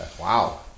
Wow